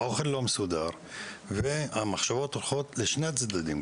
האוכל לא מסודר והמחשבות הולכות לשני הצדדים,